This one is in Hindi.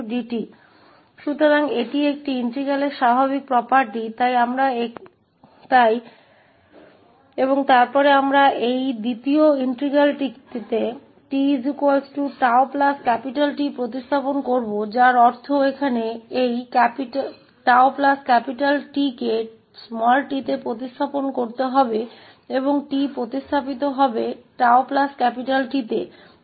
और फिर हम इस दूसरे इंटीग्रल में 𝑡 𝜏 T को प्रतिस्थापित करेंगे अर्थात यहाँ यह 𝜏 T को प्रतिस्थापित करेगा और 𝑡 को t द्वारा प्रतिस्थापित किया जाएगा इस को 𝜏 T द्वारा प्रतिस्थापित किया जाएगा